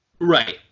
Right